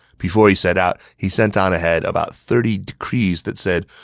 before he set out, he sent on ahead about thirty decrees that said,